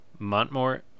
Montmore